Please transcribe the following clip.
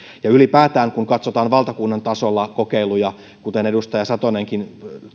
ylipäätään kun katsotaan valtakunnan tasolla kokeiluja kuten edustaja satonenkin